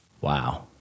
Wow